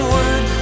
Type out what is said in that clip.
Word